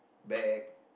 bag